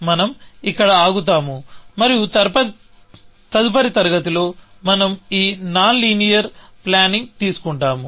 మనం ఇక్కడ ఆగుతాము మరియు తదుపరి తరగతిలో మనం ఈ నాన్ లీనియర్ ప్లానింగ్ తీసుకుంటాము